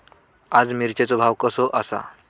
आज मिरचेचो भाव कसो आसा?